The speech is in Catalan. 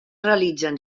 realitzen